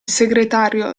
segretario